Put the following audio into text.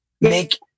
make